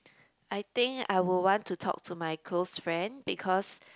I think I will want to talk to my close friend because